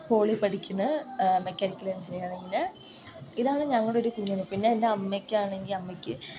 poly പഠിക്കുന്നു mechanical എൻജിനീയറിങ്ങിന് ഇതാണ് ഞങ്ങളുടെ ഒരു കുടുംബം പിന്നെ എൻ്റെ അമ്മക്കാണെങ്കിൽ അമ്മയ്ക്ക്